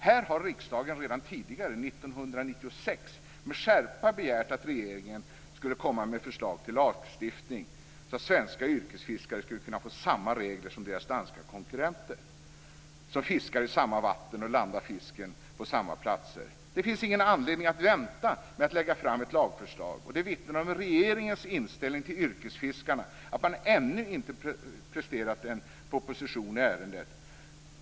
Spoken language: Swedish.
Här har riksdagen redan tidigare, år 1996, med skärpa begärt att regeringen skulle komma med förslag till lagstiftning så att svenska yrkesfiskare skall kunna få samma regler som deras danska konkurrenter som fiskar i samma vatten och landar fisken på samma platser. Det finns ingen anledning att vänta med att lägga fram ett lagförslag. Det vittnar om regeringens inställning till yrkesfiskarna att man ännu inte presterat en proposition i ärendet.